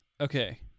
Okay